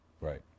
right